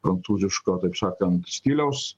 prancūziško taip sakant stiliaus